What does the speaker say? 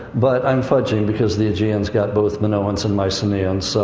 but i'm fudging because the aegeans got both minoans and mycenaeans, so.